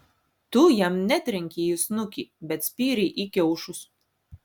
tu jam netrenkei į snukį bet spyrei į kiaušus